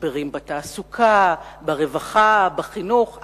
משברים בתעסוקה, ברווחה, בחינוך.